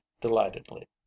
delightedly